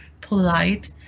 polite